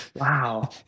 Wow